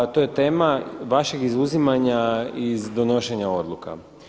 To je tema vašeg izuzimanja iz donošenja odluka.